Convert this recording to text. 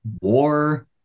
war